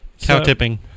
Cow-tipping